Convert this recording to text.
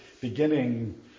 beginning